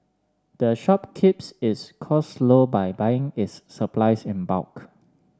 the shop keeps its costs low by buying its supplies in bulk